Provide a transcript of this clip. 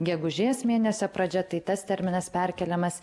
gegužės mėnesio pradžia tai tas terminas perkeliamas